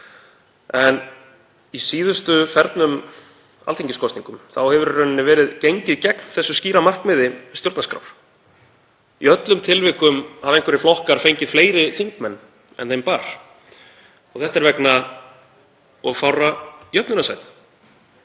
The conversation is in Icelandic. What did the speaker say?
En í síðustu fernum alþingiskosningum hefur í rauninni verið gengið gegn þessu skýra markmiði stjórnarskrár. Í öllum tilvikum hafa einhverjir flokkar fengið fleiri þingmenn en þeim bar. Þetta er vegna of fárra jöfnunarsæta